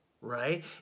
right